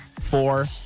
four